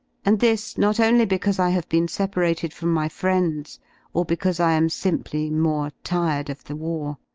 and this not only because i have been separated from my friends or because i am simply more tired of the war.